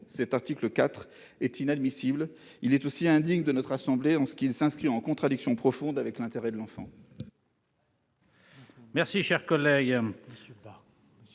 Cet article 4 est inadmissible et indigne de notre assemblée, en ce qu'il s'inscrit en contradiction profonde avec l'intérêt de l'enfant.